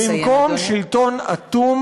במקום שלטון אטום